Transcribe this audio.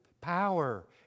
power